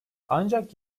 ancak